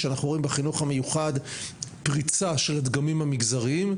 שאנחנו רואים בחינוך המיוחד פריצה של הדגמים המגזריים,